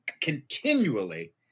continually